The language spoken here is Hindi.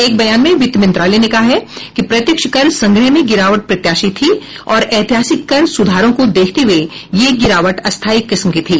एक बयान में वित्त मंत्रालय ने कहा है कि प्रत्यक्ष कर संग्रह में गिरावट प्रत्याशित थी और ऐतिहासिक कर सुधारों को देखते हुए ये गिरावट अस्थायी किस्म की थी